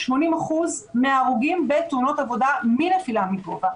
80% מההרוגים בתאונות עבודה מנפילה מגובה.